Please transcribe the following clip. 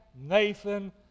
Nathan